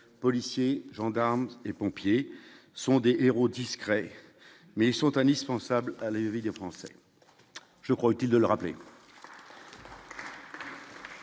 policiers, gendarmes et pompiers sont héros discret mais ils sont indispensables à la vie des Français, je crois utile de le rappeler.